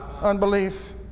unbelief